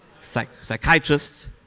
Psychiatrist